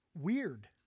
weird